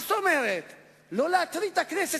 מה זאת אומרת לא להטריד את הכנסת?